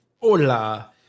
Hola